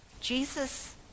Jesus